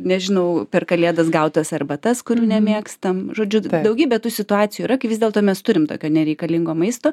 nežinau per kalėdas gautas arbatas kurių nemėgstam žodžiu daugybė tų situacijų yra kai vis dėlto mes turim tokio nereikalingo maisto